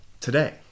today